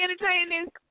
entertaining